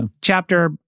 Chapter